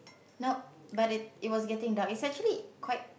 now but it it was getting dark it's actually quite